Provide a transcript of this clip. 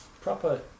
proper